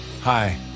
Hi